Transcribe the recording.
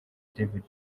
david